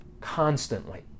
constantly